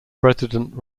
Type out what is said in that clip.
president